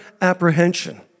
apprehension